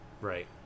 Right